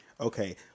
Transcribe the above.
Okay